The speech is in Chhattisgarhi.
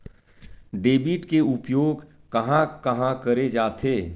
डेबिट के उपयोग कहां कहा करे जाथे?